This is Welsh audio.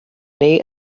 neu